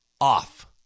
off